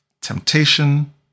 Temptation